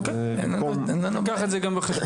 אוקיי, אני לוקח את זה גם בחשבון.